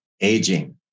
aging